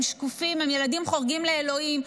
הם שקופים, הם ילדים חורגים לאלוהים.